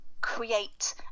create